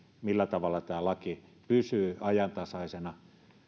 millä tavalla tämä laki pysyy ajantasaisena